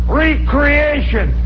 recreation